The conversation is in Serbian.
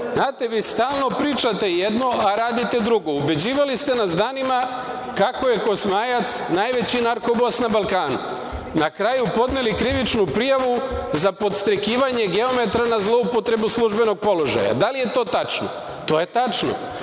Vi stalno pričate jedno, a radite drugo. Ubeđivali ste nas danima kako je Kosmajac najveći narkobos na Balkanu. Na kraju podneli krivičnu prijavu za podstrekivanje geometra na zloupotrebu službenog položaja. Da li je to tačno? To je tačno.